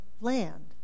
land